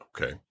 Okay